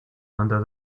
under